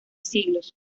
siglos